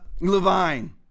Levine